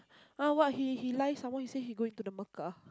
uh what he he lies some more he say he going to the Mecca